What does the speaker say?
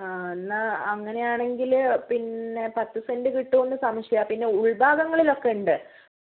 ആ എന്നാൽ അങ്ങനെയാണെങ്കിൽ പിന്നെ പത്ത് സെൻറ്റ് കിട്ടുമോ എന്ന് സംശയമാണ് പിന്നെ ഉൾ ഭാഗങ്ങളിലൊക്കെ ഉണ്ട്